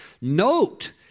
note